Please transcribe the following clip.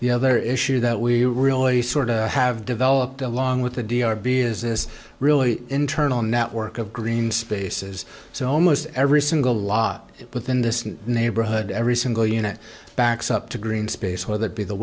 the other issue that we really sort of have developed along with the d r b is this really internal network of green spaces so almost every single lot within this neighborhood every single unit backs up to green space where that be the